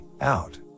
out